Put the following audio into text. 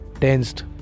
tensed